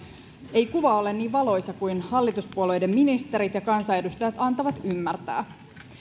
ei kuva ole niin valoisa kuin hallituspuolueiden ministerit ja kansanedustajat antavat ymmärtää